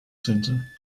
centre